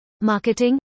marketing